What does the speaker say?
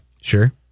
Sure